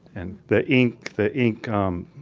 and the ink, the ink, um,